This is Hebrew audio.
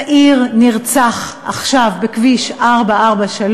צעיר נרצח עכשיו בכביש 443,